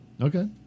Okay